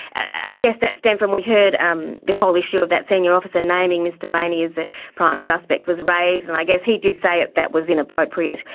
i guess that stemmed from. we heard um the whole issue of that senior officer naming mr rayney as the prime suspect was raised, and i guess he did say that that was inappropriate,